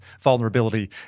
vulnerability